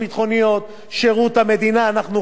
אנחנו רצינו שקצינים בכירים